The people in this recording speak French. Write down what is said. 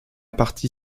partie